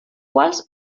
quals